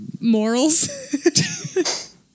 morals